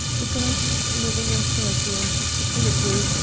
the greatest living authority on toxicology,